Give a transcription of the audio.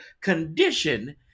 condition